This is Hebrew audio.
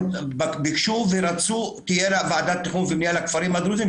כאן בוועדה לרשותכם ולטובתכם,